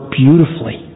beautifully